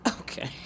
Okay